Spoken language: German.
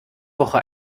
woche